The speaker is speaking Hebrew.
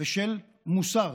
ושל מוסר.